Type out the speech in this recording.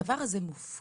הדבר הזה מופקר.